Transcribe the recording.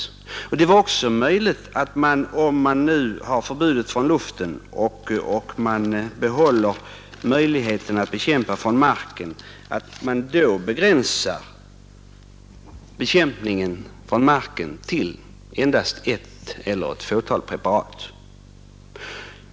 Det skulle också vara möjligt att man, om man nu har förbud mot spridning från luften och behåller möjligheterna att bekämpa från marken, begränsar bekämpningen från marken till endast ett eller ett fåtal preparat.